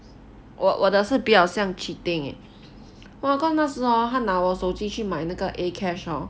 我我的是比较像 cheating eh 我看那时 hor 他拿我手机去买那个 a cash hor